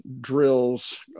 drills